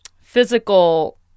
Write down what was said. physical